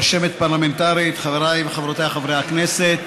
רשמת פרלמנטרית, חבריי וחברותיי חברי הכנסת,